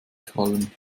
krallen